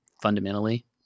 fundamentally